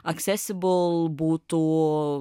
accessible būtų